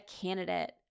candidate